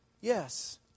Yes